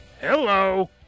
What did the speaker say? Hello